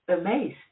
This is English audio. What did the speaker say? amazed